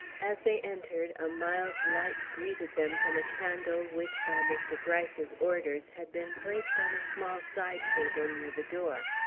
as they entered, a mild light greeted them from a candle which, by mr. gryce's orders, had been placed on a small side table near the door.